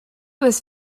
was